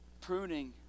Pruning